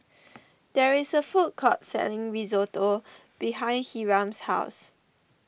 there is a food court selling Risotto behind Hiram's house